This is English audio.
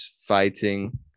fighting